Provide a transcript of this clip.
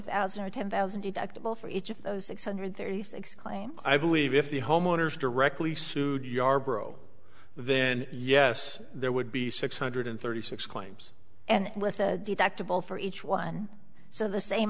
thousand or ten thousand deductible for each of those six hundred thirty six claim i believe if the homeowners directly sued yarbrough then yes there would be six hundred thirty six claims and with a deductible for each one so the same